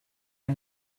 are